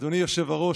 אדוני היושב-ראש,